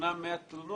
אמנם 100 תלונות,